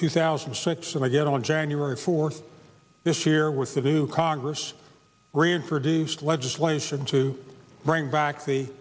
two thousand and six and again on january fourth this year with new congress reintroduced legislation to bring back the